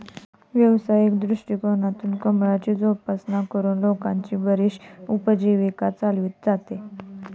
व्यावसायिक दृष्टिकोनातून कमळाची जोपासना करून लोकांची बरीचशी उपजीविका चालवली जाते